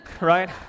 right